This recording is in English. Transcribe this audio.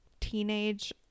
teenage